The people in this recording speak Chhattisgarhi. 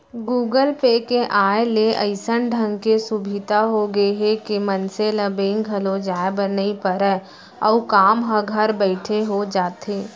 गुगल पे के आय ले अइसन ढंग के सुभीता हो गए हे के मनसे ल बेंक घलौ जाए बर नइ परय अउ काम ह घर बइठे हो जाथे